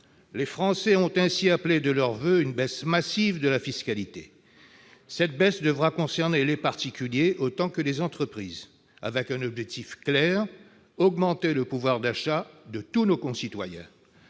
Les Français ont ainsi appelé de leurs voeux une baisse massive de la fiscalité. Cette baisse devra concerner les particuliers autant que les entreprises, avec un objectif clair : augmenter le pouvoir d'achat de tous nos concitoyens.